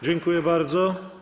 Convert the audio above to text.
Dziękuję bardzo.